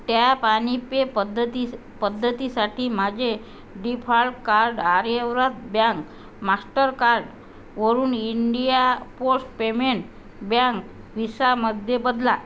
tap आणि pay पद्धती पद्धतीसाठी माझे डिफाल्ट कार्ड आर्यव्रत ब्यांक मास्टरकार्डवरून इंडिया पोस्ट पेमेंट ब्यांक व्हिसामध्ये बदला